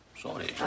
Sorry